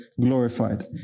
glorified